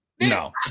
no